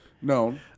No